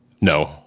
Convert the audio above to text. No